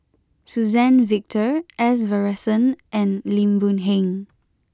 Suzann Victor S Varathan and Lim Boon Heng